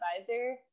advisor